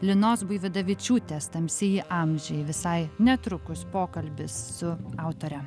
linos buividavičiūtės tamsieji amžiai visai netrukus pokalbis su autore